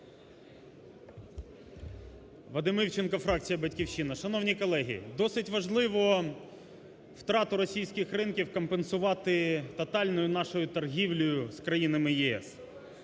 Вадим Івченко, фракція "Батьківщина". Шановні колеги! Досить важливо втрату російських ринків компенсувати тотальною нашою торгівлею з країнами ЄС.